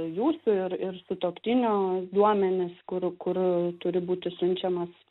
jūsų ir ir sutuoktinio duomenys kur kur turi būti siunčiamas